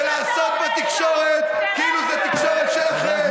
ולעשות בתקשורת כאילו זו תקשורת שלכם,